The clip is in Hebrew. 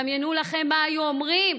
דמיינו לכם מה היו אומרים